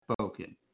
spoken